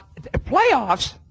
Playoffs